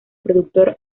productor